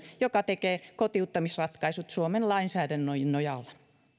joka tekee kotiuttamisratkaisut suomen lainsäädännön nojalla